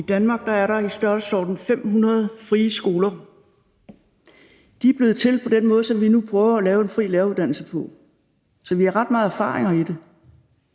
I Danmark er der i størrelsesordenen 500 frie skoler. De er blevet til på den måde, som vi nu prøver at lave en fri læreruddannelse på, så vi har ret mange erfaringer med det.